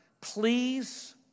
please